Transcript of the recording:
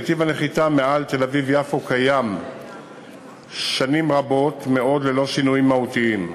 נתיב הנחיתה מעל תל-אביב יפו קיים שנים רבות מאוד ללא שינויים מהותיים.